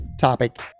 topic